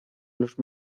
los